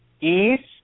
East